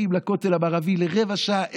באים לכותל המערבי לפנות בוקר לרבע שעה,